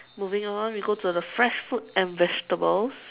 moving on we go to the fresh fruit and vegetables